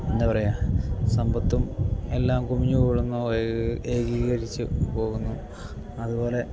എന്താ പറയുക സമ്പത്തും എല്ലാം കുമിഞ്ഞുകൂടുന്നു ഏകീകരിച്ചു പോകുന്നു അതുപോലെ